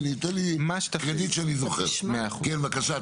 קודם כול,